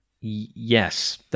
Yes